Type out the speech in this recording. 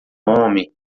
homem